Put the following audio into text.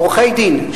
עורכי-דין,